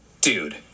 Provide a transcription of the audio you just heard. Dude